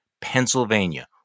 Pennsylvania